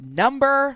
number